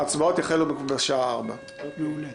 ההצבעות יחלו בשעה 16:00. מעולה.